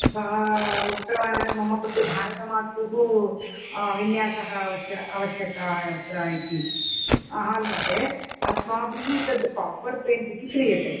सः उक्तवान् मम कृते भारतमातुः विन्यासः आवश्यकः आवश्यकः अत्र इति हाल्मध्ये अस्माभिः तद् कापर् पेण्ट् इति क्रियते